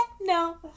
no